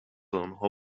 آنها